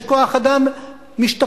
יש כוח אדם משתפר,